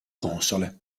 console